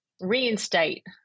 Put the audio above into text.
reinstate